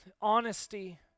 honesty